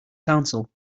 council